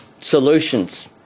solutions